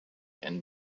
and